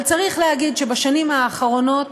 אבל צריך להגיד שבשנים האחרונות